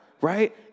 right